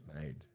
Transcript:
made